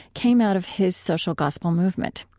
came out of his social gospel movement.